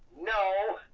no,